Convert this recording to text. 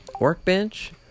Workbench